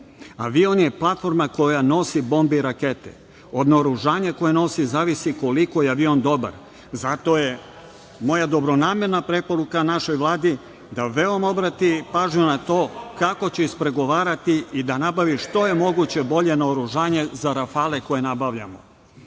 je platforma koja nosi bombe i rakete. Od naoružanja koje nosi, zavisi koliko je avion dobar. Zato je moja dobronamerna preporuka našoj Vladi da veoma obrati pažnju na to kako će ispregovarati i da nabavi što je moguće bolje naoružanje za "Rafale" koje nabavljamo.U